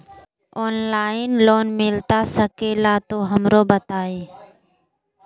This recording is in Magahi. ऑनलाइन लोन मिलता सके ला तो हमरो बताई?